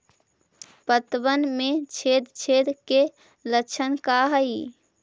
पतबन में छेद छेद के लक्षण का हइ?